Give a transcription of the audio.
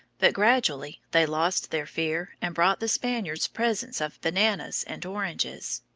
but gradually they lost their fear and brought the spaniards presents of bananas and oranges.